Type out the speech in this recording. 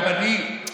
גם אני,